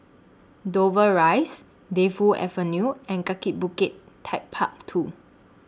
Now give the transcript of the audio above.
Dover Rise Defu Avenue and Kaki Bukit Techpark two